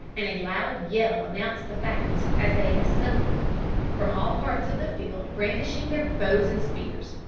and a loud yell announced the fact as they assembled from all parts of the field brandishing their bows and spears.